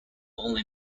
only